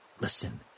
Listen